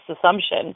assumption